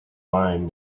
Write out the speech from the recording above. mind